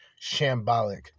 shambolic